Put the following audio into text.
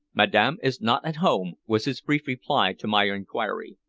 madame is not at home, was his brief reply to my inquiry.